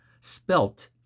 spelt